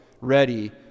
ready